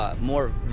more